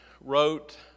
wrote